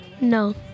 No